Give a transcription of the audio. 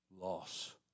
loss